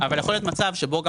כן אבל יכול להיות מצב שבו גם